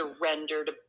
surrendered